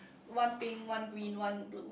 one pink one green one blue